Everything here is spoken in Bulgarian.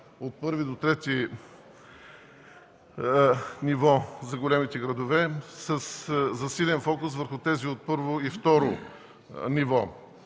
от първо до трето ниво за големите градове, със засилен фокус върху тези от първо и второ ниво.